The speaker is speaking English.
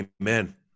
Amen